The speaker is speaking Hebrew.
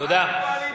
תודה.